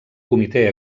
comitè